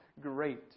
great